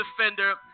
defender